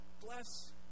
bless